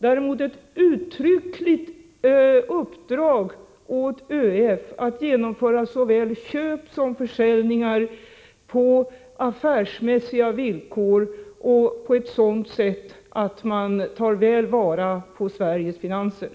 Däremot finns ett uttryckligt uppdrag åt ÖEF att genomföra såväl köp som försäljningar på affärsmässiga villkor på ett sådant sätt att man tar väl vara på Sveriges finanser.